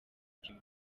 team